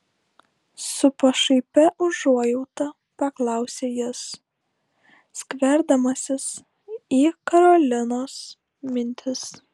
su pašaipia užuojauta paklausė jis skverbdamasis į karolinos mintis